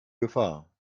gefahr